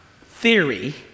theory